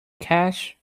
cash